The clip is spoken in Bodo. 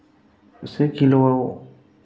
से किल' आव